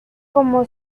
como